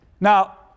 Now